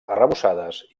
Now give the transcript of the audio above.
arrebossades